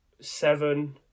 Seven